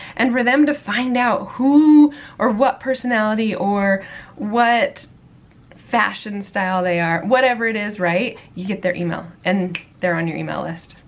and for them to find out who or what personality or what fashion style they are, whatever it is, right, you get their e-mail, and they're on you're e-mail list.